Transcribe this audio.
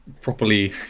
properly